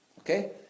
Okay